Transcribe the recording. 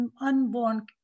unborn